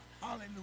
hallelujah